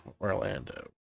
Orlando